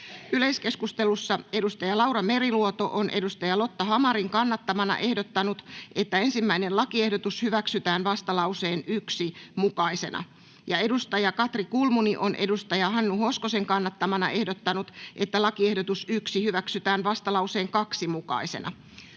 Yleiskeskustelussa Laura Meriluoto on Lotta Hamarin kannattamana ehdottanut, että 1. lakiehdotus hyväksytään vastalauseen 1 mukaisena, ja Katri Kulmuni on Hannu Hoskosen kannattamana ehdottanut, että 1. lakiehdotus hyväksytään vastalauseen 2 mukaisena.